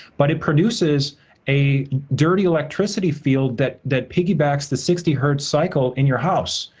but, it produces a dirty electricity field that that piggybacks the sixty hertz cycle in your house.